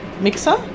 mixer